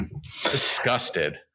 disgusted